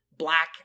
black